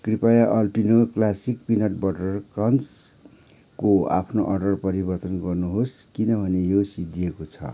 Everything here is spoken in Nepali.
कृपया अल्पिनो क्लासिक पिनट बटर क्रन्चको आफ्नो अर्डर परिवर्तन गर्नुहोस् किनभने यो सिद्धिएको छ